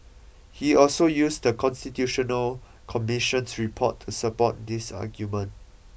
he also used the Constitutional Commission's report to support this argument